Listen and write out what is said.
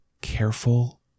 careful